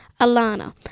Alana